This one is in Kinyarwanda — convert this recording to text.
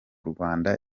rwanda